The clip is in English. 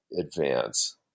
advance